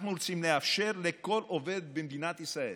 אנחנו רוצים לאפשר לכל עובד במדינת ישראל,